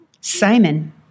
Simon